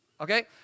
okay